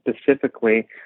specifically